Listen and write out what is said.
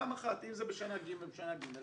אם זה בשנה ג', בשנה ג'.